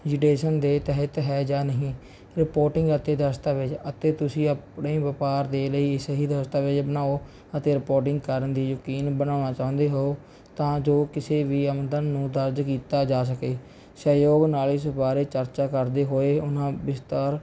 ਜੀਡੇਸ਼ਨ ਦੇ ਤਹਿਤ ਹੈ ਜਾਂ ਨਹੀਂ ਰਿਪੋਰਟਿੰਗ ਅਤੇ ਦਸਤਾਵੇਜ਼ ਅਤੇ ਤੁਸੀਂ ਆਪਣੇ ਵਪਾਰ ਦੇ ਲਈ ਸਹੀ ਦਸਤਾਵੇਜ਼ ਬਣਾਓ ਅਤੇ ਰਿਪੋਰਟਿੰਗ ਕਰਨ ਦੀ ਯਕੀਨ ਬਣਾਉਣਾ ਚਾਹੁੰਦੇ ਹੋ ਤਾਂ ਜੋ ਕਿਸੇ ਵੀ ਆਮਦਨ ਨੂੰ ਦਰਜ ਕੀਤਾ ਜਾ ਸਕੇ ਸਹਿਯੋਗ ਨਾਲੇ ਇਸ ਬਾਰੇ ਚਰਚਾ ਕਰਦੇ ਹੋਏ ਉਹਨਾਂ ਵਿਸਤਾਰ